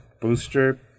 booster